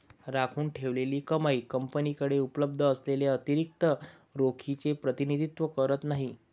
राखून ठेवलेली कमाई कंपनीकडे उपलब्ध असलेल्या अतिरिक्त रोखीचे प्रतिनिधित्व करत नाही